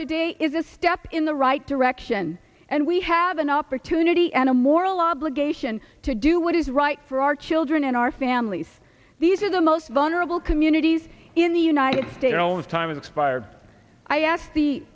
today is a step in the right direction and we have an opportunity and a moral obligation to do what is right for our children and our families these are the most vulnerable communities in the united states